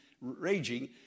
raging